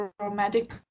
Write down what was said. romantic